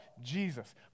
Jesus